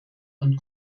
und